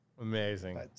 amazing